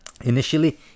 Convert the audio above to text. Initially